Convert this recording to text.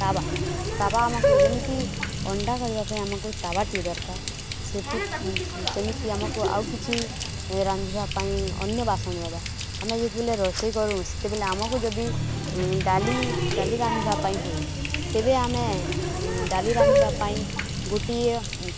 ତାୱା ତାୱା ଆମକୁ ଯେମିତି ଅଣ୍ଡା କରିବା ପାଇଁ ଆମକୁ ତାୱାଟିଏ ଦରକାର ସେଥି ସେମିତି ଆମକୁ ଆଉ କିଛି ରାନ୍ଧିବା ପାଇଁ ଅନ୍ୟ ବାସନ ଦବା ଆମେ ଯେତେବେଲେ ରୋଷେଇ କରୁଁ ସେତେବେଲେ ଆମକୁ ଯଦି ଡ଼ାଲି ଡ଼ାଲି ରାନ୍ଧିବା ପାଇଁ ହୁଏ ତେବେ ଆମେ ଡ଼ାଲି ରାନ୍ଧିବା ପାଇଁ ଗୋଟିଏ